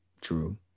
True